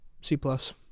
C-plus